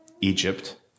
Egypt